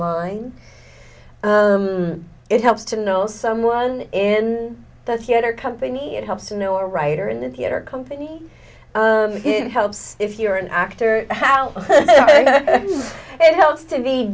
line it helps to know someone in the theater company it helps to know a writer in the theater company helps if you're an actor how it helps to be